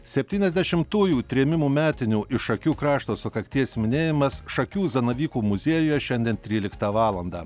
septyniasdešimtųjų trėmimų metinių iš šakių krašto sukakties minėjimas šakių zanavykų muziejuje šiandien tryliktą valandą